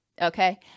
Okay